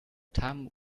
time